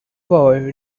boy